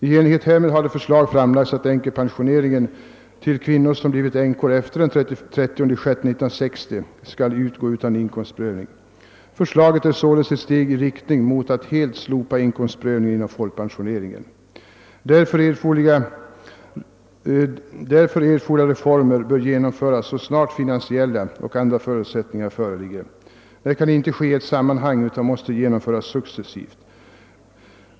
I enlighet därmed har förslaget framlagts att änkepensioner till kvinnor, som blir änkor efter den 30 juni 1960, skall utgå utan inkomstprövning. Förslaget är således ett steg i riktning mot att helt slopa inkomstprövningen inom folkpensioneringen. De härför erforderliga reformerna bör genomföras så snart finansiella och andra förutsättningar föreligger. Detta kan icke ske i ett sammanhang utan måste genomföras successivt.